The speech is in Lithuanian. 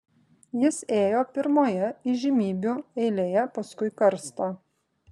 jis ėjo pirmoje įžymybių eilėje paskui karstą